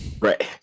Right